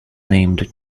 named